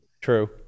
true